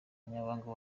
umunyamabanga